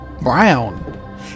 brown